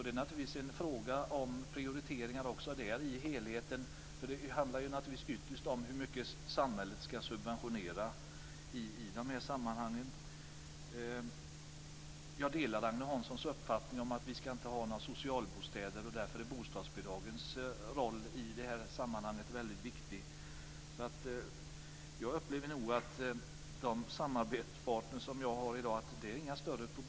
Det är naturligtvis också i det här fallet en fråga om prioriteringar. Ytterst handlar det naturligtvis om hur mycket samhället ska subventionera när det gäller detta. Jag delar Agne Hanssons uppfattning att vi inte ska ha några socialbostäder. Därför är bostadsbidragens roll i det här sammanhanget väldigt viktig. Jag upplever nog att det inte är några större problem med de samarbetspartner jag har i dag.